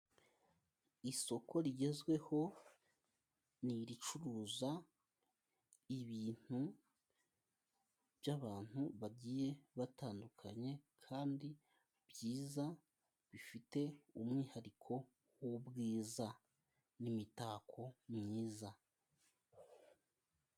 Isoko rigezweho ni iricuruza ibintu by'abantu bagiye batandukanye kandi byiza, bifite umwihariko w'ubwiza n'imitako myiza.